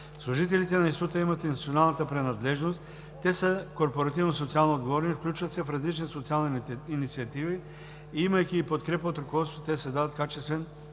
Служителите на Института имат институционална принадлежност, те са корпоративно социално отговорни, включват се в различни социални инициативи и имайки и подкрепа от ръководството, те създават качествени продукти